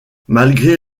malgré